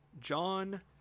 John